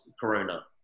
corona